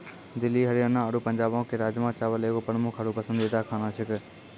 दिल्ली हरियाणा आरु पंजाबो के राजमा चावल एगो प्रमुख आरु पसंदीदा खाना छेकै